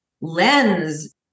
Lens